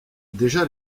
déjà